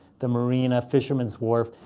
the marina, fisherman's wharf.